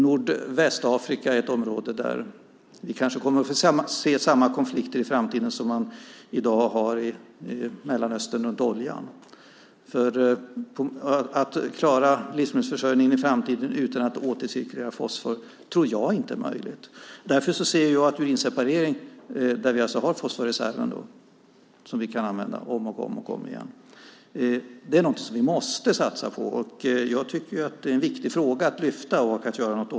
Nordvästafrika är ett område där vi kanske i framtiden får se samma typ av konflikter som man i dag har om oljan i Mellanöstern. Jag tror inte att det är möjligt att klara livsmedelsförsörjningen i framtiden utan att återcirkulera fosfor. Jag ser därför att urinseparering, där vi alltså har fosforreserverna som kan användas om och om igen, är något som vi måste satsa på. Det är en viktig fråga att lyfta fram och göra något åt.